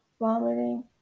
vomiting